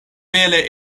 bele